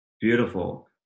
beautiful